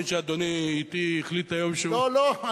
אני מבין שאדוני, אתי, החליט היום שהוא, לא, לא.